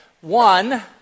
one